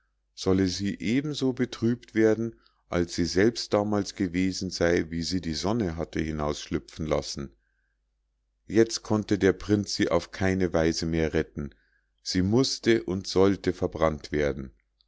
solle sie eben so betrübt werden als sie selbst damals gewesen sei wie sie die sonne hatte hinausschlüpfen lassen jetzt konnte der prinz sie auf keine weise mehr retten sie mußte und sollte verbrannt werden